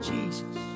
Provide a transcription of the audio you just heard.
Jesus